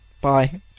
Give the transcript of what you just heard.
Bye